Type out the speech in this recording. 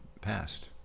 past